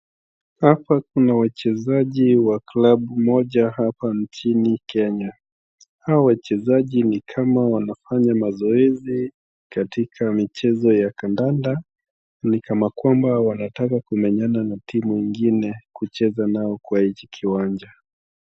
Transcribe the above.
Hapa kuna wachezaji wa club moja hapa nchini Kenya, hao wachezaji ni kama wanfanya mazoezi katika michezo ya kandanda, ni kama kwamba wanataka kumenyana na timu ingine kucheza nao kwa hiki kiwanja.